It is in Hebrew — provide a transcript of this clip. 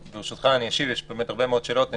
ברשותך, אני אשיב ויש באמת הרבה מאוד שאלות.